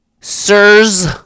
sirs